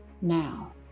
Now